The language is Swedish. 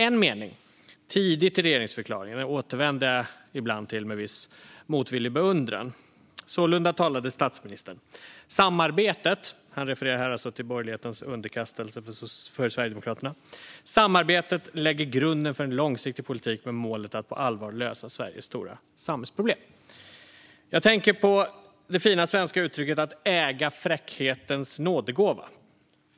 En mening, tidigt i regeringsförklaringen, återvänder jag dock ibland till med viss motvillig beundran: "Samarbetet lägger grunden för en långsiktig politik, med målet att på allvar lösa Sveriges stora samhällsproblem." Sålunda talade statsministern och refererade alltså till borgerlighetens underkastelse under Sverigedemokraterna. Jag tänker på det fina uttrycket "att äga fräckhetens nådegåva".